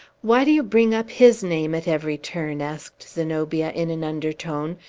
why do you bring up his name at every turn? asked zenobia in an undertone,